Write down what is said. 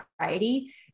variety